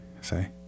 say